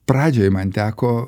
pradžioj man teko